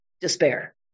despair